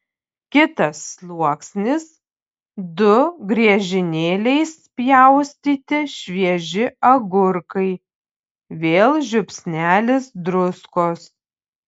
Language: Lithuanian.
kitas sluoksnis du griežinėliais pjaustyti švieži agurkai vėl žiupsnelis druskos